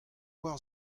oar